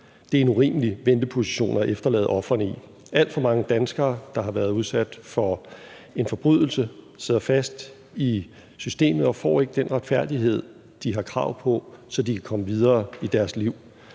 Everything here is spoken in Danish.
Det er en urimelig venteposition at efterlade ofrene i. Alt for mange danskere, der har været udsat for en forbrydelse, sidder fast i systemet og får ikke den retfærdighed, de har krav på, så de kan komme videre i deres liv.